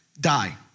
die